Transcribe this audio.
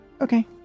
Okay